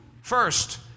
first